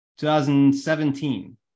2017